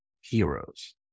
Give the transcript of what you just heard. heroes